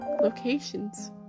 locations